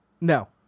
No